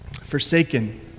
forsaken